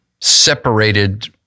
separated